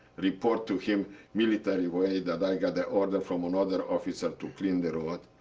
report to him military-way that i got the order from another officer to clean the road.